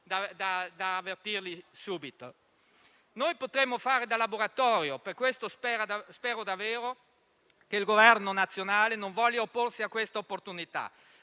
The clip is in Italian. da individuare subito. Noi potremmo fare da laboratorio, per cui spero davvero che il Governo nazionale non voglia opporsi a questa opportunità.